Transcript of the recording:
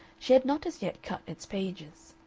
she had not as yet cut its pages.